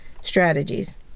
strategies